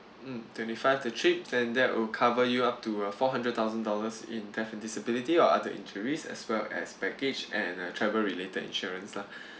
mm twenty five to chip then that would cover you up to uh four hundred thousand dollars in death and disability or other injuries as well as package and uh travel related insurance lah